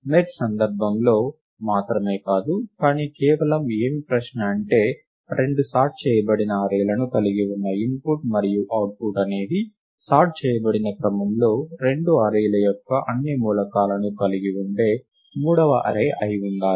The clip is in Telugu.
మెర్జ్ సందర్భంలో మాత్రమే కాదు కానీ కేవలం ఏమి ప్రశ్న అంటే రెండు సార్ట్ చేయబడిన అర్రే లను కలిగి ఉన్న ఇన్పుట్ మరియు అవుట్పుట్ అనేది సార్ట్ చేయబడిన క్రమంలో రెండు అర్రే ల యొక్క అన్ని మూలకాలను కలిగి ఉండే మూడవ అర్రే అయి ఉండాలి